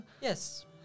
Yes